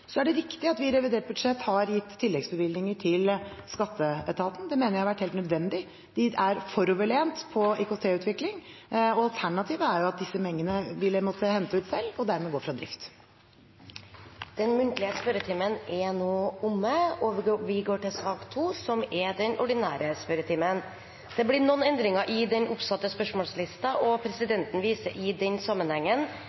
Så er det riktig at vi i revidert budsjett har gitt tilleggsbevilgninger til skatteetaten. Det mener jeg har vært helt nødvendig. De er foroverlent på IKT-utvikling, og alternativet er at disse pengene vil en måtte hente ut selv, og dermed går det fra drift. Den muntlige spørretimen er da omme. Det blir noen endringer i den oppsatte spørsmålslisten, og presidenten viser i den sammenheng til